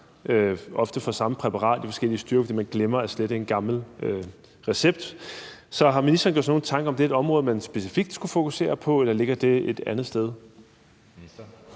ofte fra det samme præparat i forskellige styrker, fordi man glemmer at slette en gammel recept. Så har ministeren gjort sig nogle tanker om, om det er et område, man specifikt skulle fokusere på, eller ligger det et andet sted?